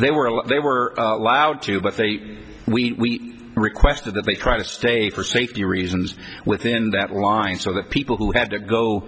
they were they were allowed to but they we requested that they try to stay for safety reasons within that line so that people who had to go